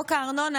חוק הארנונה,